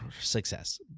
success